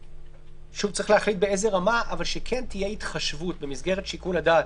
שהוא צריך להחליט באיזו רמה אבל כן תהיה התחשבות במסגרת שיקול הדעת,